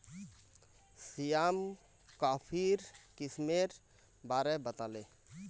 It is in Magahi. श्याम कॉफीर किस्मेर बारे बताले